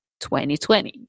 2020